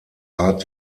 art